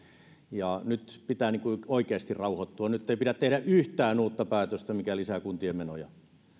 ja nyt pitää oikeasti rauhoittua nyt ei pidä tehdä yhtään uutta päätöstä mikä lisää kuntien menoja